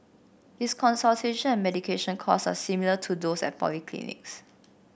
its consultation and medication costs are similar to those at polyclinics